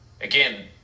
Again